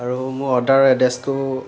আৰু মোৰ অৰ্ডাৰৰ এড্ৰেছটো